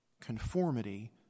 conformity